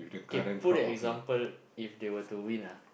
okay put the example if they were to win ah